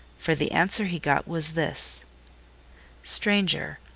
for the answer he got was this stranger,